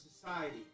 society